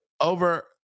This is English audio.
over